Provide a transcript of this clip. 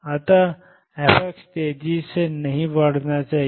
अतः fx तेजी से नहीं बढ़ना चाहिए